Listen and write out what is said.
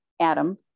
Adam